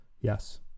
yes